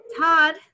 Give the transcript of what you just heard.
Todd